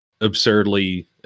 absurdly